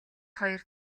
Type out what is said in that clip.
хоёр